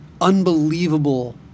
unbelievable